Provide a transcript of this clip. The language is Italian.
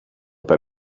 per